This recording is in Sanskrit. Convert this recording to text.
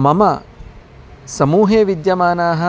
मम समूहे विद्यमानाः